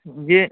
جی